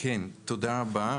תודה רבה